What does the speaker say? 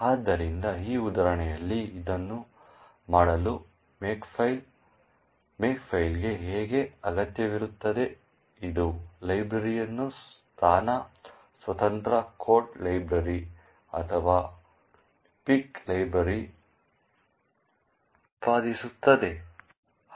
ಆದ್ದರಿಂದ ಈ ಉದಾಹರಣೆಯಲ್ಲಿ ಇದನ್ನು ಮಾಡಲು ಮೇಕ್ಫೈಲ್ಗೆ ಹೇಗೆ ಅಗತ್ಯವಿರುತ್ತದೆ ಅದು ಲೈಬ್ರರಿಯನ್ನು ಸ್ಥಾನ ಸ್ವತಂತ್ರ ಕೋಡ್ ಲೈಬ್ರರಿ ಅಥವಾ ಪಿಕ್ ಲೈಬ್ರರಿಯಾಗಿ ಉತ್ಪಾದಿಸುತ್ತದೆ